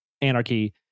anarchy